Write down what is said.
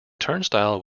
turnstile